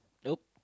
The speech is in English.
nope